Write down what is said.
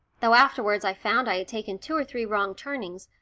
though afterwards i found i had taken two or three wrong turnings,